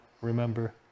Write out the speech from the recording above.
remember